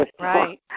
Right